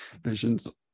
visions